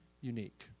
unique